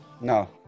No